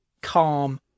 calm